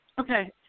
okay